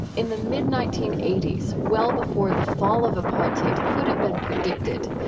in the mid nineteen eighty well before the fall of apartheid could have been predicted,